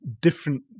different